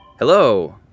Hello